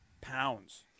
pounds